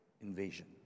invasion